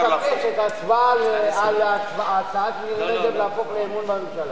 אני מבקש להפוך את ההצבעה להצבעת אמון בממשלה.